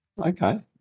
Okay